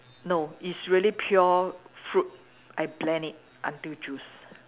no it's really pure fruit I blend it until juice